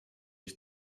ich